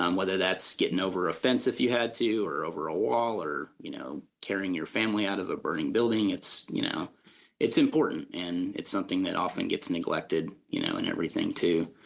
um whether that's getting over a fence if you had to or over a wall or you know carrying your family out of a burning building, it's you know it's important and it's something that often gets neglected you know in everything too.